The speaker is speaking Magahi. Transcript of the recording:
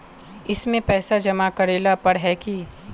इसमें पैसा जमा करेला पर है की?